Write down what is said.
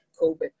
COVID